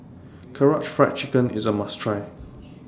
Karaage Fried Chicken IS A must Try